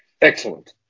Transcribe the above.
Excellent